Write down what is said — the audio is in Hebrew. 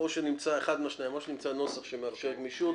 אחד מהשניים: או שנמצא נוסח שמאפשר גמישות,